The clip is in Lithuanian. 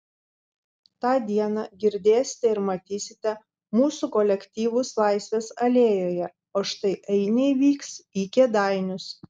tą dieną girdėsite ir matysite mūsų kolektyvus laisvės alėjoje o štai ainiai vyks į kėdainius